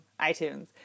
iTunes